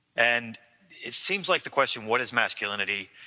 and it seems like the question, what is masculinity,